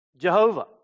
Jehovah